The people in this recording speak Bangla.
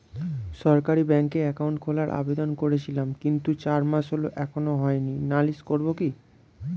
সরকারি ব্যাংকে একাউন্ট খোলার আবেদন করেছিলাম কিন্তু চার মাস হল এখনো হয়নি নালিশ করব কি?